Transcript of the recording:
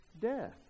death